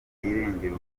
irengera